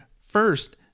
First